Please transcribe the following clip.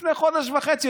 לפני חודש וחצי.